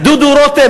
דודו רותם,